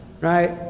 right